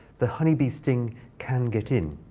the honey bee sting can get in.